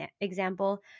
example